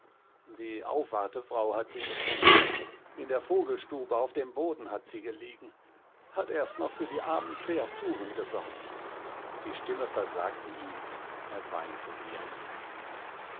die aufwartefrau hat sie gefunden in der vogelstube auf dem boden hat sie gelegen hat erst noch für die armen kreaturen gesorgt die stimme versagte ihm er weinte wie ein kind